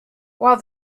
while